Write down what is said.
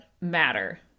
matter